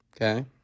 Okay